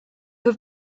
have